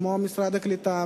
כמו משרד הקליטה,